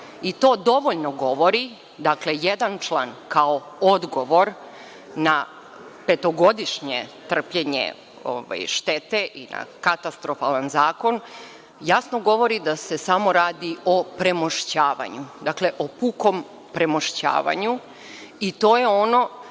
To dovoljno govori, dakle, jedan član kao odgovor na petogodišnje trpljenje štete i katastrofalan zakon jasno govore da se samo radi o premošćavanju. Dakle, o pukom premošćavanju. To je ono